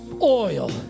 oil